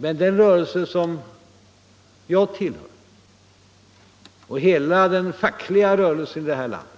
Men i den rörelse som jag tillhör och i den fackliga rörelsen i det här landet